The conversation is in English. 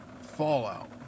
fallout